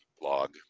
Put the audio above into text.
blog